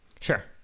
Sure